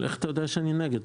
איך אתה יודע שאני נגד?